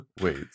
wait